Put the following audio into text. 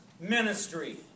ministry